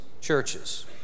churches